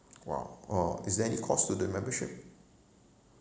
!wow! uh is there any cost to the membership